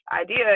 idea